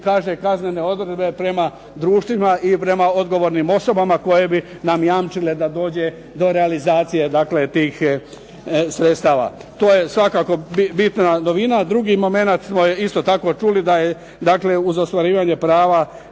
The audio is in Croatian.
kaže kaznene odredbe prema društvima i prema odgovornim osobama koje bi nam jamčile da dođe do realizacije dakle tih sredstava. To je svakako bitna novina. Drugi momenat smo isto tako čuli da je dakle uz ostvarivanje prava